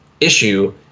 issue